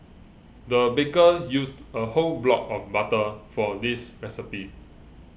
the baker used a whole block of butter for this recipe